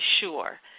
sure